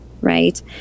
right